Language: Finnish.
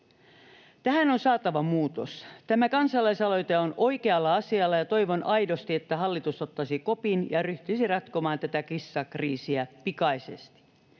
Tähän on saatava muutos. Tämä kansalaisaloite on oikealla asialla, ja toivon aidosti, että hallitus ottaisi kopin ja ryhtyisi ratkomaan tätä kissakriisiä pikaisesti.